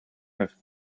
have